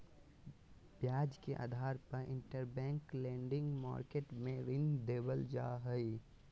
ब्याज के आधार पर इंटरबैंक लेंडिंग मार्केट मे ऋण देवल जा हय